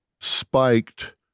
spiked